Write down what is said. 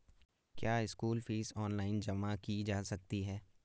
क्या school fees online जमा की जा सकती है?